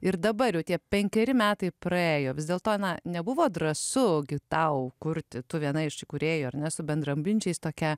ir dabar tie penkeri metai praėjo vis dėlto na nebuvo drąsu gi tau kurti tu viena iš įkūrėjų ar ne su bendraminčiais tokia